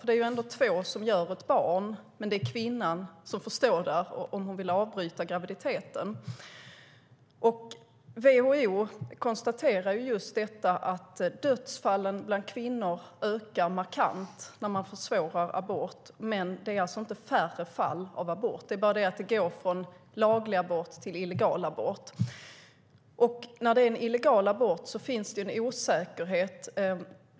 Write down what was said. Det är två som gör ett barn, men det är kvinnan som får stå där om hon vill avbryta graviditeten. WHO konstaterar just detta att dödsfallen bland kvinnor ökar markant när man försvårar abort, men det är alltså inte färre fall. Det är bara det att det går från laglig abort till illegal abort. När en illegal abort utförs finns det en osäkerhet.